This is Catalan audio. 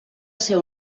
seu